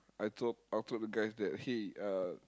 I told I told the guys that hey uh